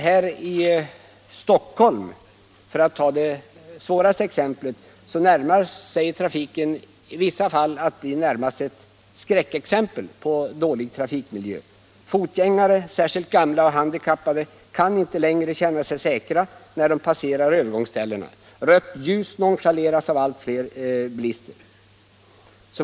Här i Stockholm, för att ta det svåraste problemet, närmar sig trafiken i vissa fall vad som kan betecknas som skräckexempel på dålig trafikmiljö. Fotgängarna, särskilt gamla och handikappade, kan inte längre känna sig säkra när de passerar övergångsställena. Rött ljus nonchaleras av allt fler bilister.